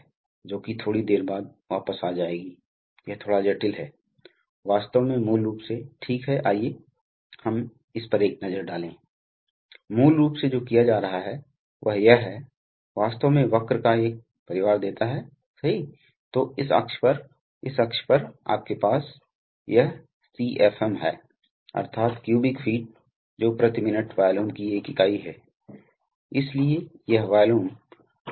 और उनमें से कुछ हैं जिन्हें आप न्यूमेटिक्स नियंत्रण वाल्व जानते हैं इसलिए मूल रूप से न्यूमेटिक्स रूप से सक्रिय नियंत्रण वाल्व यही मेरा मतलब है इसलिए आपको पता है कि बड़े वाल्व प्रवाह नियंत्रण वाल्व हैं जो वायु का उपयोग करके न्यूमेटिक्स रूप से संचालित होते हैं